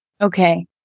Okay